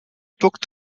booked